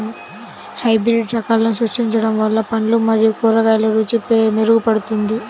hybrid రకాలను సృష్టించడం వల్ల పండ్లు మరియు కూరగాయల రుచి మెరుగుపడుతుంది